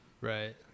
Right